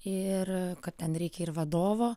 ir kad ten reikia ir vadovo